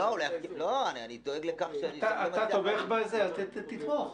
אם אתה תומך בזה אז תתמוך,